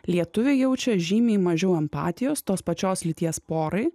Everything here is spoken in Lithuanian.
lietuviai jaučia žymiai mažiau empatijos tos pačios lyties porai